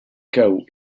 chaos